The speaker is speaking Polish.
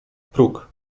próg